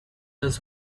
was